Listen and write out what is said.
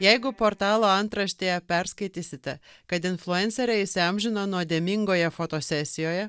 jeigu portalo antraštėje perskaitysite kad influencerė įsiamžino nuodėmingoje fotosesijoje